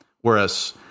Whereas